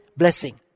blessing